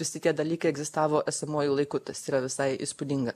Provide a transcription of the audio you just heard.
visi tie dalykai egzistavo esamuoju laiku tas yra visai įspūdinga